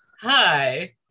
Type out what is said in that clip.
hi